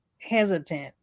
hesitant